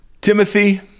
Timothy